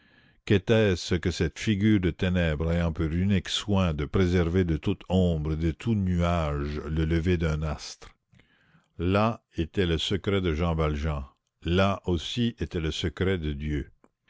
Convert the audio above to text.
qu'était-ce que cette figure de ténèbres ayant pour unique soin de préserver de toute ombre et de tout nuage le lever d'un astre là était le secret de jean valjean là aussi était le secret de dieu